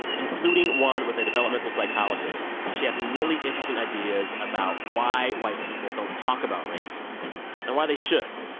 including one with a developmental psychologist. she has some really interesting ideas about why white people don't talk about race and why they should.